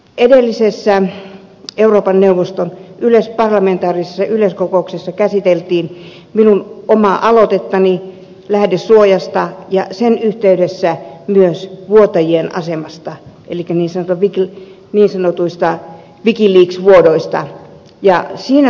edellisessä euroopan neuvoston parlamentaarisessa yleiskokouksessa käsiteltiin minun omaa aloitettani lähdesuojasta ja sen yhteydessä myös vuotajien asema sekä niin sanottuja wikileaks vuotoja